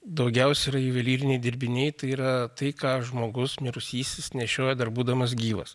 daugiausiai yra juvelyriniai dirbiniai tai yra tai ką žmogus mirusysis nešiojo dar būdamas gyvas